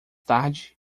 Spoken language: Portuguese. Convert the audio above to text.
tarde